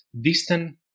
distant